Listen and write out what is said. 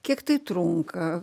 kiek tai trunka